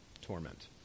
torment